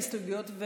ההסתייגויות,